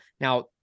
Now